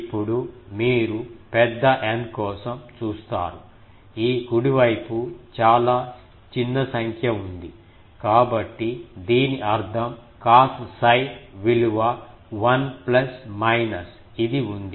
ఇప్పుడు మీరు పెద్ద N కోసం చూస్తారు ఈ కుడి వైపు చాలా చిన్న సంఖ్య ఉంది కాబట్టి దీని అర్థం cos𝜓 విలువ 1 ప్లస్ మైనస్ ఇది ఉంది